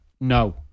No